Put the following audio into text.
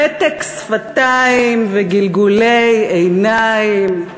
מתק שפתיים וגלגולי עיניים.